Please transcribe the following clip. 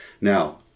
Now